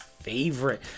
favorite